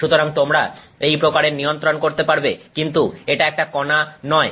সুতরাং তোমরা এই প্রকারের নিয়ন্ত্রণ করতে পারবে কিন্তু এটা একটা কনা নয়